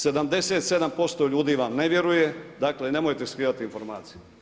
77% ljudi vam ne vjeruje, dakle nemojte skrivati informacije.